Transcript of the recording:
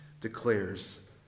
declares